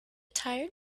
tired